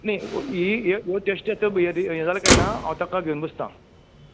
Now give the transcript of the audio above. न्ही ही ही हो टेस्टीक रि ये जालो काय ना हांव ताका घेवन बसतां